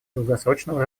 долгосрочного